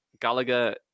Gallagher